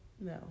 No